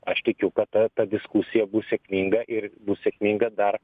aš tikiu kad ta ta diskusija bus sėkminga ir bus sėkminga dar